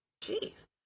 Jeez